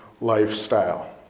lifestyle